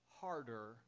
harder